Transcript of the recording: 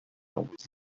آموزی